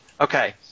Okay